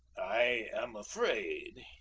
i am afraid,